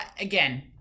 again